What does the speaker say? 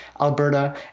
Alberta